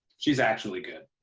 she's actually good.